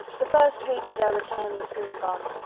the first week of their return was soon gone.